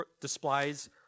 displays